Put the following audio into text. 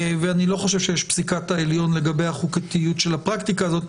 ואני לא חושב שיש פסיקת העליון לגבי החוקתיות של הפרקטיקה הזו.